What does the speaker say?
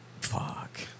Fuck